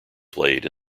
played